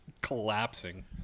collapsing